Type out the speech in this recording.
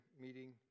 meeting